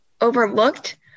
overlooked